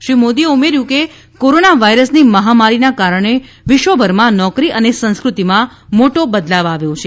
શ્રી મોદીએ ઉમેર્થું હતું કે કોરોના વાયરસની મહામારીના કારણે વિશ્વભરમાં નોકરી અને સંસ્ક઼તિમાં મોટો બદલાવ આવ્યો છે